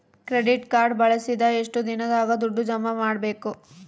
Credit card ಬಳಸಿದ ಎಷ್ಟು ದಿನದಾಗ ದುಡ್ಡು ಜಮಾ ಮಾಡ್ಬೇಕು?